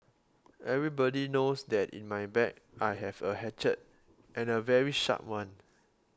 everybody knows that in my bag I have a hatchet and a very sharp one